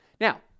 Now